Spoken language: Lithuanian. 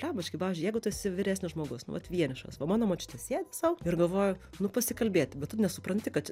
blembački pavyzdžiui jeigu tu esi vyresnis žmogus nu vat vienišas va mano močiutė sėdi sau ir galvoju nu pasikalbėti bet tu nesupranti kad čia